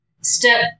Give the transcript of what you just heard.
step